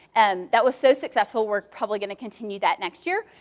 and that was so successful we're probably going to continue that next year.